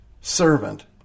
servant